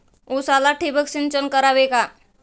उसाला ठिबक सिंचन करावे का?